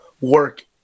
work